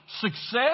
success